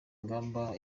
ingamba